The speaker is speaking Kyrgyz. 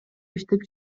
иштеп